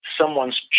someone's